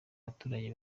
baturage